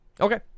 Okay